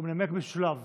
הוא מנמק במשולב